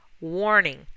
Warning